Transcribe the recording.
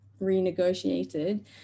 renegotiated